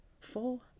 four